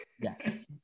Yes